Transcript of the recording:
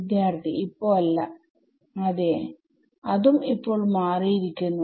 വിദ്യാർത്ഥി ഇപ്പോ അല്ല അതെ അതും ഇപ്പോൾ മാറിയിരിക്കുന്നു